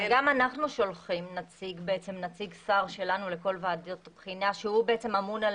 גם אנחנו שולחים נציג שר שלנו לכל ועדות הבחינה שהוא אמון על